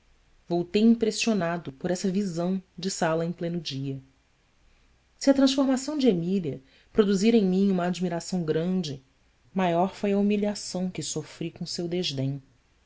voltei impressionado por essa visão de sala em pleno dia se a transformação de emília produzira em mim uma admiração grande maior foi a humilhação que sofri com o seu